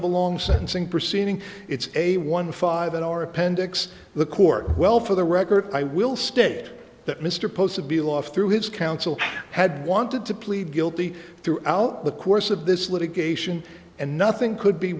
of a long sentencing proceeding it's a one five an hour appendix the court well for the record i will state that mr post to be lost through his counsel had wanted to plead guilty throughout the course of this litigation and nothing could be